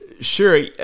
Sure